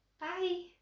Bye